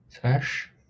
slash